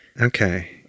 Okay